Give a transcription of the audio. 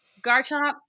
Garchomp